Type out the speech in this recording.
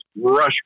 rush